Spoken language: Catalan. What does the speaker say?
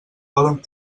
poden